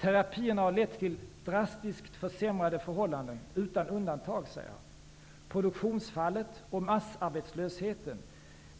Den har lett till drastiskt försämrade förhållanden utan undantag, säger han och anser att produktionsfallet och massarbetslösheten